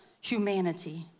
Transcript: humanity